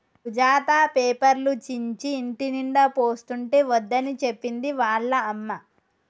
సుజాత పేపర్లు చించి ఇంటినిండా పోస్తుంటే వద్దని చెప్పింది వాళ్ళ అమ్మ